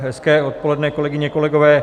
Hezké odpoledne, kolegyně, kolegové.